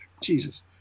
Jesus